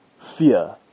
fear